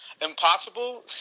Impossible